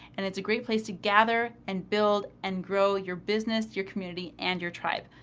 and it's a great place to gather and build and grow your business, your community and your tribe.